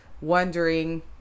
wondering